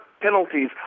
penalties